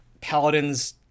paladins